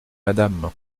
madame